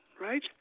Right